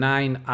Nine